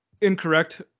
incorrect